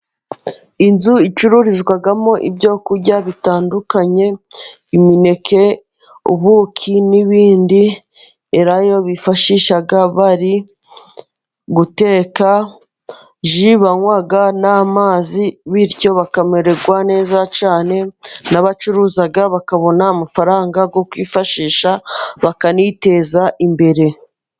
Inzu icurururizwamo ibyo kurya bitandukanye, imineke, ubuki n'ibindi, elayo bifashisha bari guteka, ji banywa, n'amazi, bityo bakamererwa neza cyane, n'abacuruza bakabona amafaranga yo kwifashisha, bakaniteza imbere.